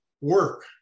work